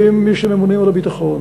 אם מי שממונים על הביטחון,